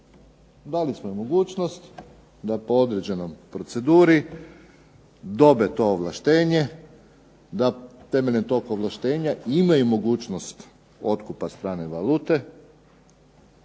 Dali smo im mogućnost da po određenoj proceduri dobe to ovlaštenje, da temeljem tog ovlaštenja imaju mogućnost otkupa strane valute,